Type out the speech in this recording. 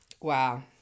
Wow